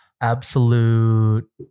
Absolute